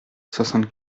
soixante